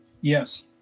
Yes